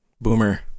boomer